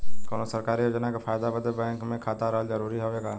कौनो सरकारी योजना के फायदा बदे बैंक मे खाता रहल जरूरी हवे का?